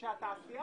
אם יעלה מחיר